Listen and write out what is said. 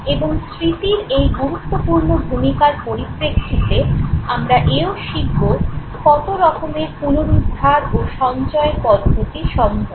এবং স্মৃতির এই গুরুত্বপূর্ণ ভূমিকার পরিপ্রেক্ষিতে আমরা এও শিখবো কত রকমের পুনরুদ্ধার ও সঞ্চয়ের পদ্ধতি সম্ভব